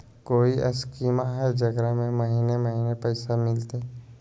कोइ स्कीमा हय, जेकरा में महीने महीने पैसा मिलते?